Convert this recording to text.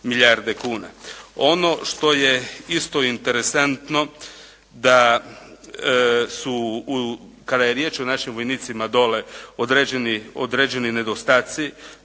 Ono što je isto interesantno da su kada je riječ o našim vojnicima dolje, određeni nedostaci.